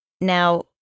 Now